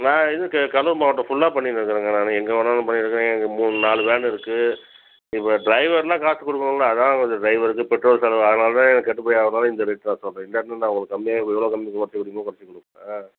நான் இது கடலூர் மாவட்டம் ஃபுல்லாக பண்ணிருக்குறேங்க நான் எங்கே வேணாலும் பண்ணிருக்கேன் எனக்கு மூ நாலு வேனு இருக்கு இப்போ ட்ரைவருக்கெல்லாம் காசு கொடுக்கனுல்ல அதாங்க வந்து ட்ரைவருக்கு பெட்ரோல் செலவு அதனால் தான் எனக்கு கட்டுப்படி ஆகணுள்ள இந்த ரேட் நான் சொல்லுறேன் இல்லாட்டின்னா நான் உங்களுக்கு எவ்வளோ கம்மி பண்ண முடியுமோ அவ்வளோ குறச்சி கொடுத்தேன்